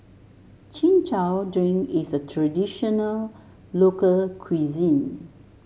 Chin Chow Drink is a traditional local cuisine